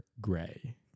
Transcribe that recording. gray